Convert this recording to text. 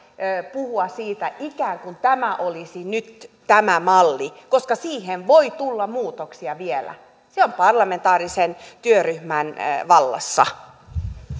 puhua siitä ikään kuin tämä olisi nyt tämä malli koska siihen voi tulla muutoksia vielä se on parlamentaarisen työryhmän vallassa